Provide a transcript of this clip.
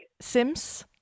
Sims